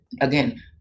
Again